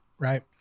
right